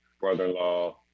brother-in-law